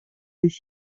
des